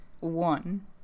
One